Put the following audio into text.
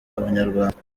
abanyarwanda